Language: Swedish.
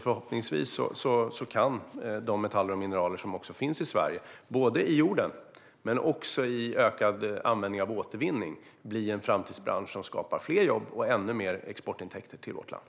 Förhoppningsvis kan de metaller och mineraler som finns i Sverige såväl i jorden men som i ökad användning av återvinning bli en framtidsbransch som skapar fler jobb och ännu mer exportintäkter till vårt land.